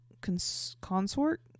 consort